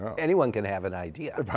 ah anyone can have an idea.